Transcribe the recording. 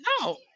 No